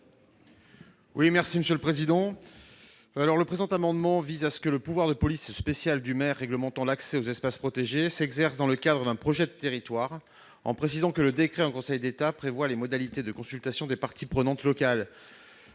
: La parole est à M. Éric Gold. Le présent amendement vise à ce que le pouvoir de police spéciale du maire réglementant l'accès aux espaces protégés s'exerce dans le cadre d'un projet de territoire, en précisant que le décret en Conseil d'État prévoit les modalités de consultation des parties prenantes locales